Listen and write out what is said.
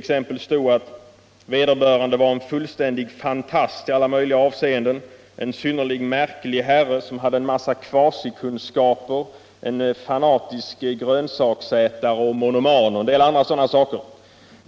t.ex. stod att vederbörande var en fullständig ”fantast” i alla möjliga avseenden, en synnerligen ”märklig herre” som hade en massa ”kvasrikunskaper”, en ”fanatisk grönsaksätare”, en ”monoman” och annat sådant.